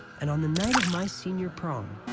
and on the night of my senior prom,